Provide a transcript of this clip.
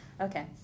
okay